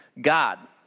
God